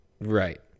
Right